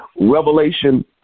Revelation